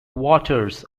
waters